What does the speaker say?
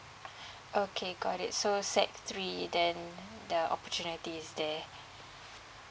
okay got it so sec three then the opportunity is there